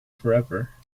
forever